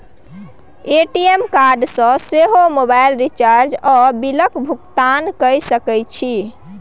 ATM card सँ सेहो मोबाइलक रिचार्ज आ बिलक भुगतान कए सकैत छी